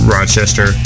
Rochester